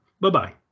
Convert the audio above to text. bye-bye